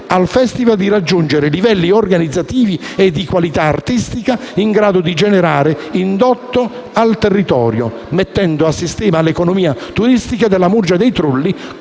al Festival di raggiungere livelli organizzativi e di qualità artistica in grado di generare indotto al territorio, mettendo a sistema l'economia turistica della Murgia dei Trulli,